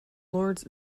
lords